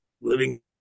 living